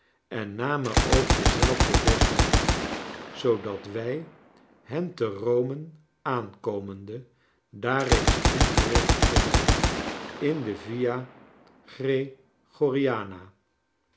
en namen ook denzelfden weg niet zoodat wij hen te rome aankomende daar reeds ingericht vonden in de via